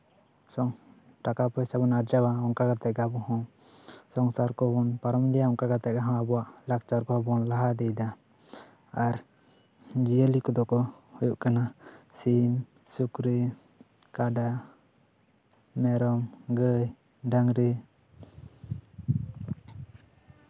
ᱴᱟᱠᱟ ᱯᱚᱭᱥᱟ ᱵᱚᱱ ᱟᱨᱡᱟᱣᱟ ᱚᱱᱠᱟ ᱠᱟᱛᱮᱜ ᱜᱮ ᱟᱵᱚ ᱦᱚᱸ ᱥᱚᱝᱥᱟᱨ ᱠᱚᱵᱚᱱ ᱯᱟᱨᱚᱢ ᱤᱫᱤᱭᱟ ᱚᱱᱠᱟ ᱠᱟᱛᱮᱜᱮ ᱟᱵᱚᱣᱟᱜ ᱞᱟᱠᱪᱟᱨ ᱠᱚᱦᱚᱸ ᱵᱚᱱ ᱞᱟᱦᱟ ᱤᱫᱤᱭᱮᱫᱟ ᱟᱨ ᱡᱤᱭᱟᱹᱞᱤ ᱠᱚᱫᱚ ᱠᱚ ᱦᱩᱭᱩᱜ ᱠᱟᱱᱟ ᱥᱤᱢ ᱥᱩᱠᱨᱤ ᱠᱟᱰᱟ ᱢᱮᱨᱚᱢ ᱜᱟᱹᱭ ᱰᱟᱝᱨᱤ